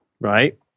Right